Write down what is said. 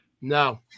No